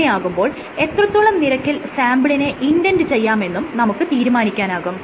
അങ്ങനെയാകുമ്പോൾ എത്രത്തോളം നിരക്കിൽ സാംപിളിനെ ഇൻഡെന്റ് ചെയ്യാമെന്നും നമുക്ക് തീരുമാനിക്കാനാകും